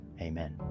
amen